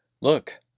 Look